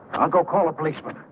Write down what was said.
i go call a place but